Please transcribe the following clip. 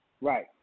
right